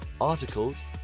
articles